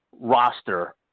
roster